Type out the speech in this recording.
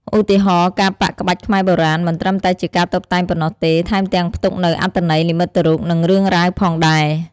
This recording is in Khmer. ឧទាហរណ៍ ការប៉ាក់ក្បាច់ខ្មែរបុរាណ មិនត្រឹមតែជាការតុបតែងប៉ុណ្ណោះទេ ថែមទាំងផ្ទុកនូវអត្ថន័យនិមិត្តរូប និងរឿងរ៉ាវផងដែរ។